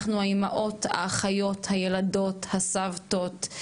אנחנו האימהות, האחיות, הילדות, הסבתות,